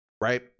Right